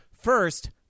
first